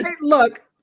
look